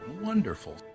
Wonderful